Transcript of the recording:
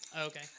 Okay